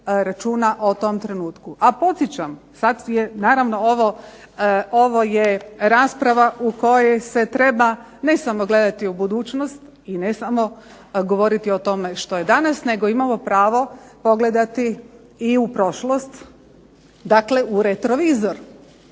o tom trenutku. A podsjećam, sad je naravno ovo rasprava u kojoj se treba ne samo gledati u budućnost i ne samo govoriti o tome što je danas nego imamo pravo pogledati i u prošlost, dakle u retrovizor